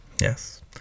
yes